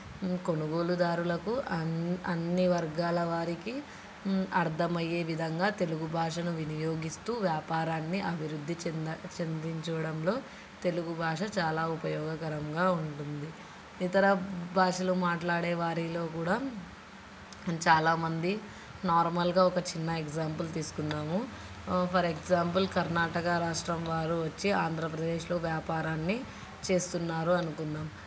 కొనుగోలుదారులకు అన్ అన్నీ వర్గాల వారికి అర్థమయ్యే విధంగా తెలుగు భాషను వినియోగిస్తు వ్యాపారాన్ని అభివృద్ధి చెంద చెందించడంలో తెలుగు భాష చాలా ఉపయోగకరంగా ఉంటుంది ఇతర భాషలు మాట్లాడే వారిలో కూడా చాలామంది నార్మల్గా ఒక చిన్న ఎగ్జాంపుల్ తీసుకుందాము ఫర్ ఎగ్జాంపుల్ కర్ణాటక రాష్ట్రం వారు వచ్చి ఆంధ్రప్రదేశ్లో వ్యాపారాన్ని చేస్తున్నారు అనుకుందాం